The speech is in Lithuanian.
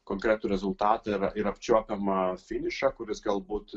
konkretų rezultatą ir ir apčiuopiamą finišą kuris galbūt